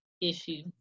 issue